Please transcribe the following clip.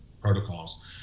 protocols